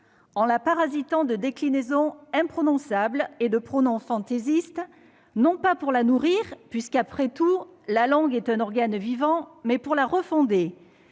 Ils la parasitent de déclinaisons imprononçables et de pronoms fantaisistes, non pas pour la nourrir, puisque, après tout, la langue est un organe vivant, mais pour la refonder